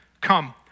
Come